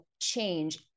change